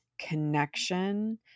Connection